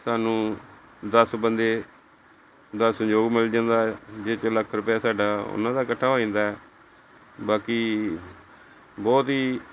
ਤੁਹਾਨੂੰ ਦਸ ਬੰਦੇ ਦਾ ਸਹਿਯੋਗ ਮਿਲ ਜਾਂਦਾ ਹੈ ਜਿਸ 'ਚ ਲੱਖ ਰੁਪਇਆ ਸਾਡਾ ਉਹਨਾਂ ਦਾ ਇਕੱਠਾ ਹੋ ਜਾਂਦਾ ਬਾਕੀ ਬਹੁਤ ਹੀ